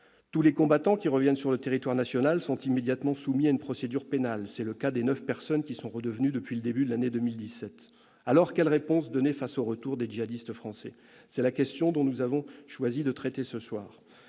Tous les combattants qui reviennent sur le territoire national sont immédiatement soumis à une procédure pénale. C'est le cas des neuf personnes qui sont revenues depuis le début de l'année 2017. Quelles réponses donner face au retour des djihadistes français ? C'est la question que nous avons choisi de traiter ce soir.